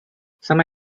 some